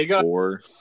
four